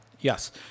yes